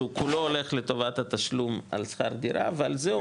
שהוא כולו הולך לטובת התשלום על שכר דירה ועל זה הוא מוסיף.